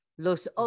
Los